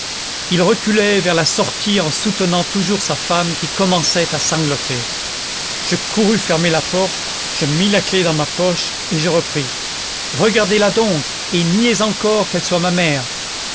il reculait vers la sortie en soutenant toujours sa femme qui commençait à sangloter je courus fermer la porte je mis la clef dans ma poche et je repris regardez-la donc et niez encore qu'elle soit ma mère